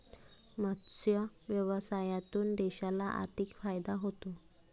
मत्स्य व्यवसायातून देशाला आर्थिक फायदा होतो